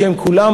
שהם כולם